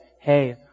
hey